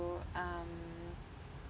so um